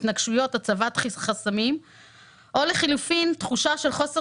התנגשויות והצבת חסמים או לחילופין תחושה של חוסר